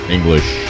English